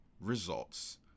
results